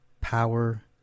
Power